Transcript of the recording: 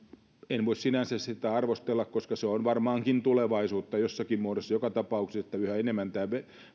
en voi sinänsä sitä arvostella koska se on varmaankin tulevaisuutta jossakin muodossa joka tapauksessa että yhä enemmän tämä